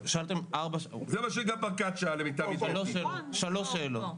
שאלתם שלוש שאלות.